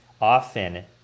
Often